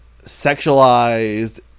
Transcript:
sexualized